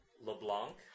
LeBlanc